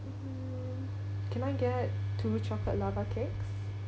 mm can I get two chocolate lava cakes